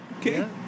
okay